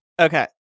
Okay